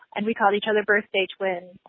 and we called each other birthday twins.